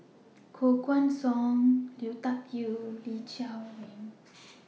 Koh Guan Song Lui Tuck Yew and Lee Chiaw Meng